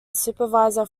supervisor